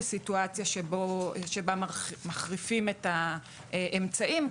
בסיטואציה שבה מחריפים את האמצעים,